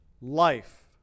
life